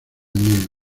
neo